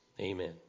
Amen